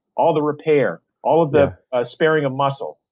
all the repair, all of the sparing of muscle,